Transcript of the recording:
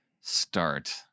start